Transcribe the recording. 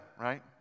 right